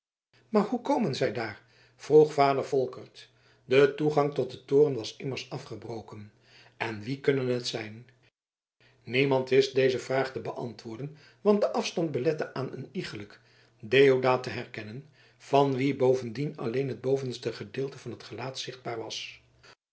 maar hoe komen zij daar vroeg vader volkert de toegang tot den toren was immers afgebroken en wie kunnen het zijn niemand wist deze vraag te beantwoorden want de afstand belette aan een iegelijk deodaat te herkennen van wien bovendien alleen het bovenste gedeelte van het gelaat zichtbaar was